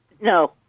No